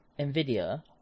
Nvidia